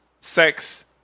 sex